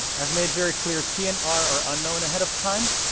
i've made very clear t and r are unknown ahead of time.